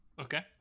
Okay